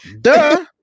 Duh